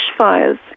bushfires